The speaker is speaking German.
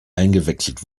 eingewechselt